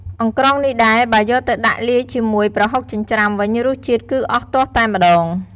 អង្រ្កងនេះដែរ បើយកទៅដាក់លាយជាមួយប្រហុកចិញ្រ្ចាំវិញ រសជាតិគឺអស់ទាស់តែម្ដង។